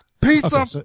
pizza